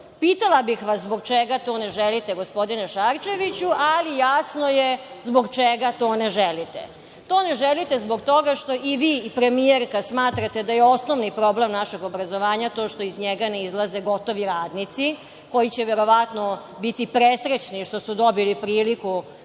um. Pitala bih vas zbog čega to ne želite, gospodine Šarčeviću, ali jasno je zbog čega to ne želite. To ne želite zbog toga što i vi premijerka smatrate da je osnovni problem našeg obrazovanja to što iz njega ne izlaze gotovi radnici koji će verovatno biti presretni što su dobili priliku da za